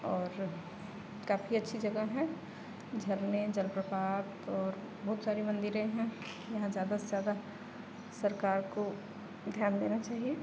और काफ़ी अच्छी जगह हैं झरने जल और बहुत सारी मंदिरें हैं यहाँ ज़्यादा से ज़्यादा सरकार को ध्यान देना चाहिए